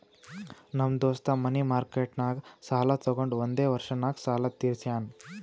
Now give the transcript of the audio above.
ನಮ್ ದೋಸ್ತ ಮನಿ ಮಾರ್ಕೆಟ್ನಾಗ್ ಸಾಲ ತೊಗೊಂಡು ಒಂದೇ ವರ್ಷ ನಾಗ್ ಸಾಲ ತೀರ್ಶ್ಯಾನ್